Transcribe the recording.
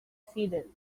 seated